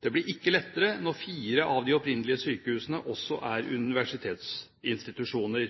Det blir ikke lettere når fire av de opprinnelige sykehusene også er universitetsinstitusjoner.